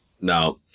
Now